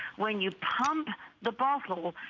when you pump the bottle,